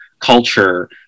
culture